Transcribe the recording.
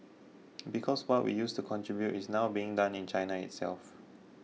because what we used to contribute is now being done in China itself